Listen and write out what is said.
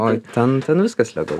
oi ten ten viskas legalu